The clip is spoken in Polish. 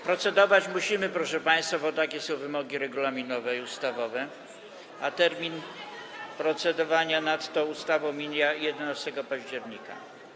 Procedować musimy, proszę państwa, bo takie są wymogi regulaminowe i ustawowe, a termin procedowania nad tą ustawą mija 11 października.